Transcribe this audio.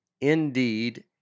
Indeed